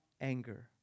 anger